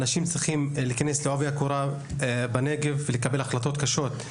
אנשים צריכים להיכנס לעובי הקורה בנגב ולקבל החלטות קשות.